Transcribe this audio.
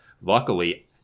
Luckily